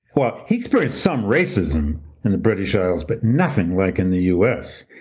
well, he experienced some racism in the british isles, but nothing like in the us.